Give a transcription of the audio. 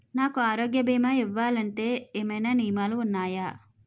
నాకు ఆరోగ్య భీమా ఇవ్వాలంటే ఏమైనా నియమాలు వున్నాయా?